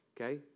Okay